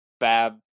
fab